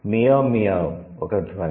'meow meow' ఒక ధ్వని